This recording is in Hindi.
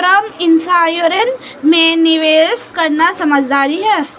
क्या टर्म इंश्योरेंस में निवेश करना समझदारी है?